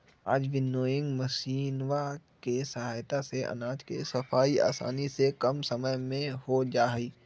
आज विन्नोइंग मशीनवा के सहायता से अनाज के सफाई आसानी से कम समय में हो जाहई